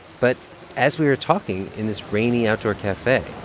but as we were talking in this rainy outdoor cafe, a